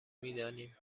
میدانیم